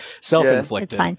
Self-inflicted